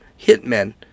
hitmen